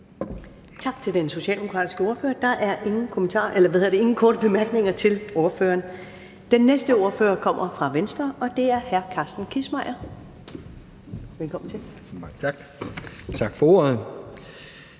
Tak til den socialdemokratiske ordfører. Der er ingen korte bemærkninger til ordføreren. Den næste ordfører kommer fra Venstre, og det er hr. Carsten Kissmeyer. Velkommen til. Kl.